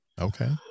Okay